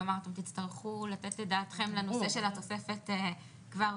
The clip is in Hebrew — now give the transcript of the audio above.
כלומר אתם תצטרכו לתת את דעתכם לנושא של התוספת כבר